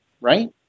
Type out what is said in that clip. right